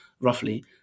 roughly